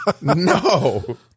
no